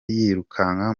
yirukanka